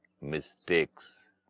mistakes